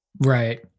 Right